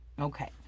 Okay